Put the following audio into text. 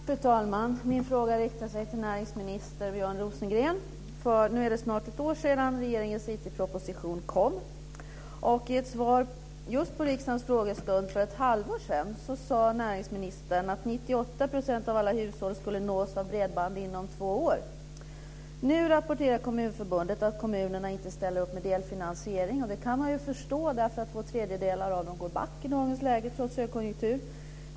Fru talman! Min fråga riktar sig till näringsminister Björn Rosengren. Nu är det snart ett år sedan regeringens IT proposition kom. I ett svar på riksdagens frågestund för ett halvår sedan sade näringsministern att 98 % av alla hushåll skulle nås av bredband inom två år. Nu rapporterar Kommunförbundet att kommunerna inte ställer upp med delfinansiering. Det kan man förstå därför att två tredjedelar av kommunerna går back i dagens läge trots högkonjunktur.